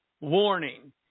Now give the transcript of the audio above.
warning